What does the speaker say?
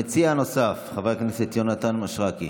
המציע הנוסף, חבר הכנסת יונתן מישרקי,